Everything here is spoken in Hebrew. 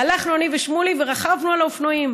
הלכנו אני ושמולי ורכבנו על האופנועים,